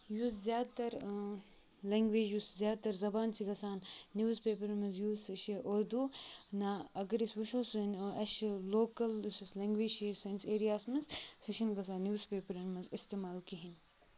یُس زیادٕ تَر لٮ۪نٛگویج یُس زیادٕ تَر زبان چھِ گژھان نِوٕز پیپرَن منٛز یوٗز سُہ چھِ اُردو نہ اگر أسۍ وٕچھو سٲنۍ اَسہِ چھِ لوکَل یُس اَسہِ لٮ۪نٛگویج چھِ سٲنِس ایریا ہَس منٛز سُہ چھِنہٕ گژھان نِوٕز پیپرَن منٛز استعمال کِہیٖنۍ